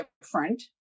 different